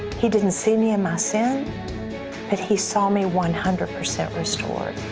he didn't see me in my sins. but he saw me one hundred percent restored.